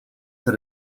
that